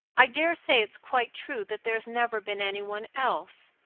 i dare say it's quite true that there's never been any one else.